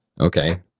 Okay